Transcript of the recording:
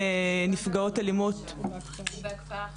נפגעות אלימות --- זה בהקפאה עכשיו.